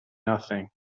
nothing